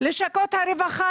לשכות הרווחה,